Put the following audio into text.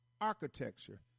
architecture